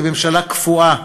היא ממשלה קפואה.